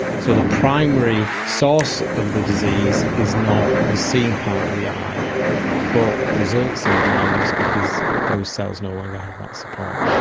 so the primary source of the disease is not the seeing part of the eye but results in blindness because those cells no longer have that support.